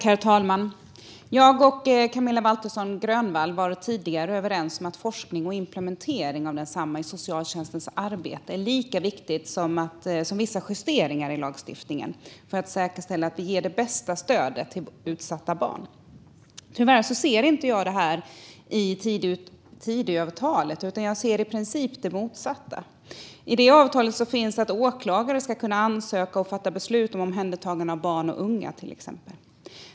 Herr talman! Jag och Camilla Waltersson Grönvall var tidigare överens om att forskning och implementering av densamma inom socialtjänstens arbete är lika viktig som vissa justeringar i lagstiftningen för att säkerställa att vi ger det bästa stödet till utsatta barn. Tyvärr ser jag inte det i Tidöavtalet. Jag ser i princip det motsatta. I det avtalet finns att åklagare ska kunna ansöka och fatta beslut om omhändertagande av till exempel barn och unga.